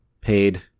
paid